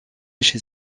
chez